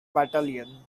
battalion